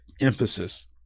emphasis